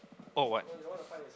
oh what